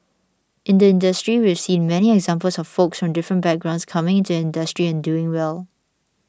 in the industry we've seen many examples of folks from different backgrounds coming into the industry and doing well